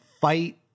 fight